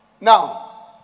Now